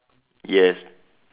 yes